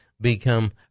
become